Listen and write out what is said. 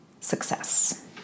Success